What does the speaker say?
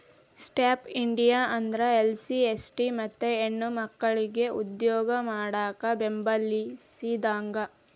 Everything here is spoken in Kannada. ಸ್ಟ್ಯಾಂಡ್ಪ್ ಇಂಡಿಯಾ ಅಂದ್ರ ಎಸ್ಸಿ.ಎಸ್ಟಿ ಮತ್ತ ಹೆಣ್ಮಕ್ಕಳಿಗೆ ಉದ್ಯೋಗ ಮಾಡಾಕ ಬೆಂಬಲಿಸಿದಂಗ